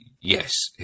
yes